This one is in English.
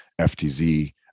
FTZ